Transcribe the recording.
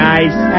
Nice